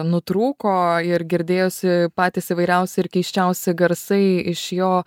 nutrūko ir girdėjosi patys įvairiausi ir keisčiausi garsai iš jo